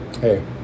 Hey